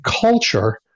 culture